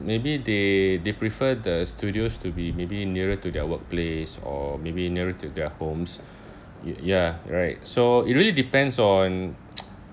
maybe they they prefer the studios to be maybe nearer to their workplace or maybe nearer to their homes y~ ya right so it really depends on